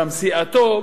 גם סיעתו,